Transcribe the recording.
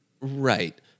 Right